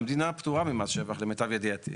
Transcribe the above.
המדינה פטורה ממס שבח, למיטב ידיעתי.